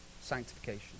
Sanctification